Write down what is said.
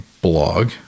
blog